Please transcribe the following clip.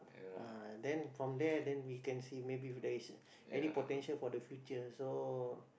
ah then from there then we can see maybe if there's any potential for the future so